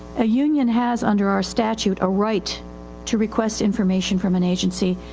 a union has under our statute a right to request information from an agency.